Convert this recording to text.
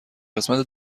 قسمت